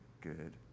good